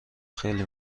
خیلی